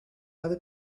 other